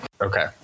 Okay